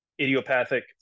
idiopathic